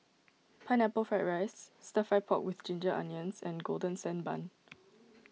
Pineapple Fried Rice Stir Fry Pork with Ginger Onions and Golden Sand Bun